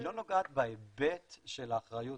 היא לא נוגעת בהיבט של האחריות,